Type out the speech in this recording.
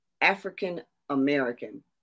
african-american